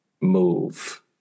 move